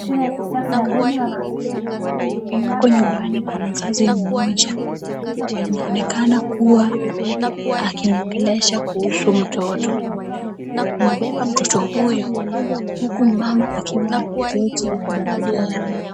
Mhudumu wa afya yuko nyumbani kwa mzazi mmoja na anaonekana kuwa akimuongelesha kuhusu mtoto. Amebeba mtoto huyo huku mama akiwa ameketi na wanaongea.